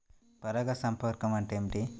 పరాగ సంపర్కం అంటే ఏమిటి?